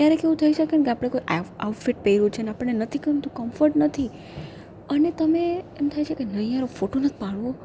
ક્યારેક એવું થાય છેકે ને આપણે કોઈ આઉટફિટ પહેર્યું છેને આપણે નથી ગમતું કમ્ફર્ટ નથી અને તમે એમ થાય છેકે નહીં યાર ફોટો નથી પાડવો